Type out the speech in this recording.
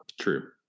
True